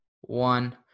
one